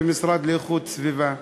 במשרד לאיכות הסביבה.